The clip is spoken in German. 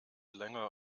länger